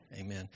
Amen